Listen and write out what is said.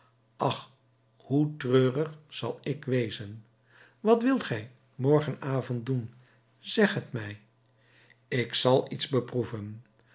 ach hoe treurig zal ik wezen wat wilt gij morgenavond doen zeg het mij ik zal iets beproeven